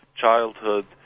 Childhood